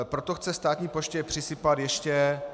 Proto chce státní poště přisypat ještě